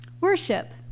Worship